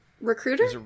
recruiter